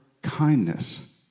kindness